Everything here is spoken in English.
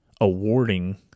awarding